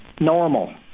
Normal